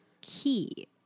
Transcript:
key